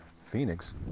Phoenix